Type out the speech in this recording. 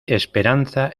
esperanza